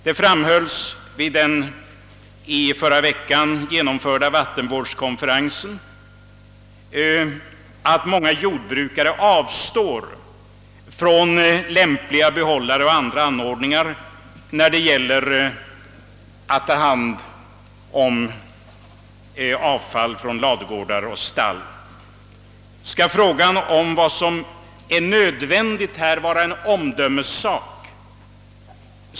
Det framhölls vid den i förra veckan genomförda vattenvårdskonferensen, att många jordbrukare avstår från lämpliga behållare och andra anordningar när det gäller att ta hand om avfall från ladugårdar och stall. Skall frågan om vad som härvidlag är nödvändigt vara en omdömessak?